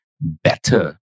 better